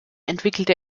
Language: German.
entwickelte